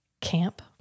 camp